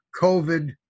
covid